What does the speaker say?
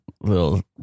little